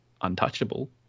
untouchable